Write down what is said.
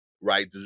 Right